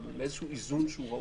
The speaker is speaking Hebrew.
אבל לאיזה איזון ראוי,